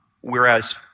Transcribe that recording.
Whereas